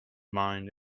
mind